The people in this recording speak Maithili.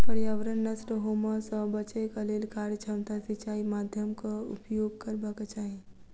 पर्यावरण नष्ट होमअ सॅ बचैक लेल कार्यक्षमता सिचाई माध्यमक उपयोग करबाक चाही